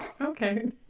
okay